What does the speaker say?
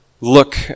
Look